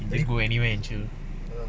just go anywhere and chill